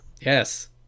Yes